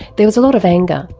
there was a lot of anger,